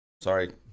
Sorry